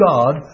God